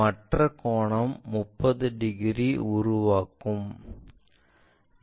மற்ற கோணம் 30 டிகிரி உருவாக்கம்